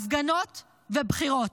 על הפגנות ועל בחירות.